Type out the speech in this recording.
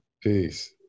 Peace